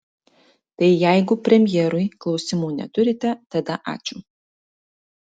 tai jeigu premjerui klausimų neturite tada ačiū